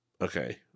okay